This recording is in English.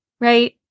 right